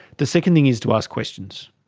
the second thing is to ask questions.